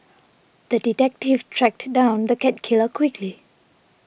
the detective tracked down the cat killer quickly